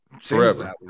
forever